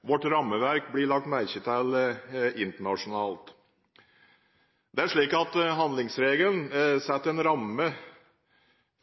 Vårt rammeverk blir lagt merke til internasjonalt. Handlingsregelen setter en ramme